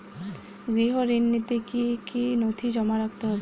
গৃহ ঋণ নিতে কি কি নথি জমা রাখতে হবে?